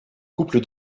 couple